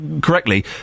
correctly